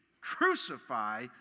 Crucify